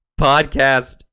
podcast